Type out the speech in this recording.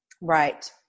Right